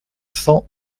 cents